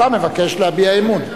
אתה מבקש להביע אמון.